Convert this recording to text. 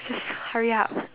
just hurry up